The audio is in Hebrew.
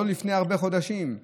לא מלפני הרבה חודשים,